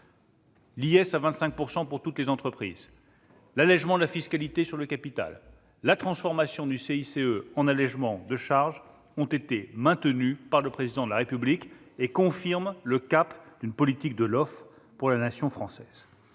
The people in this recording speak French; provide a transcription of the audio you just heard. taux de 25 % pour toutes les entreprises, l'allégement de la fiscalité sur le capital, la transformation du CICE en allégement de charges -ont donc été maintenus par le Président de la République, confirmant le cap d'une politique de l'offre pour la nation française.